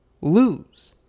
lose